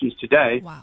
today